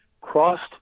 Crossed